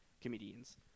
comedians